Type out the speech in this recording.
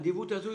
והתשובה הייתה: